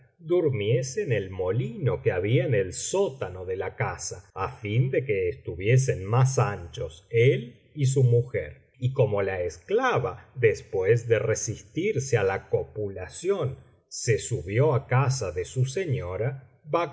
durmiese en el molino que había en el sótano de la casa á fin de que estuviesen más anchos él y su mujer y como la esclava después de resistirse á la copulación se subió á casa de su señora